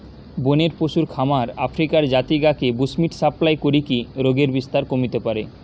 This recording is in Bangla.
বনের পশুর খামার আফ্রিকার জাতি গা কে বুশ্মিট সাপ্লাই করিকি রোগের বিস্তার কমিতে পারে